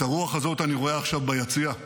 את הרוח הזאת אני רואה עכשיו ביציע.